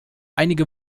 einige